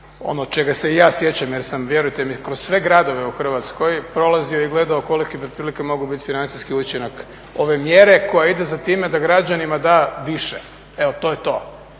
ono čega se ja sjećam jer sam vjerujte mi kroz sve gradove u Hrvatskoj prolazio i gledao koliki bi otprilike mogao biti financijski učinak ove mjere koja ide za time da građanima da više, evo to je to.